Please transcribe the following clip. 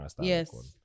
yes